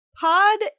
Pod